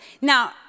Now